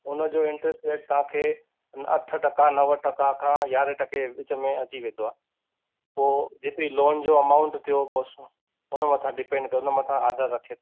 उनजो interest rate तव्हांखे अ अठ टका नव टका खां यारहें टके जे विच में अची वेंदो आहे पोइ जेसिताईं लोन जो अमाऊंट थियो पोइ सां उन मथां डिपेन्ड कंदो उन मथां आधार रखे